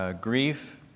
Grief